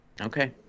Okay